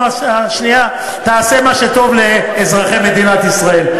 השנייה תעשה מה שטוב לאזרחי מדינת ישראל.